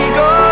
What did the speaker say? go